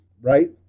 right